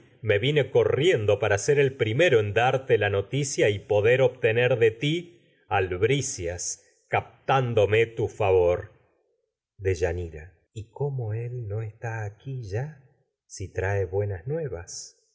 me vine corriendo para ser primero darte la noticia y poder obtener de ti albricias captándome tu favor no deyanira y cómo él nas está aqui ya si trae bue nuevas